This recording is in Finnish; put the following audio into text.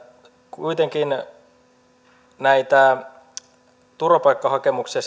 aikana kuitenkin näitä turvapaikkahakemuksia